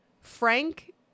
Frank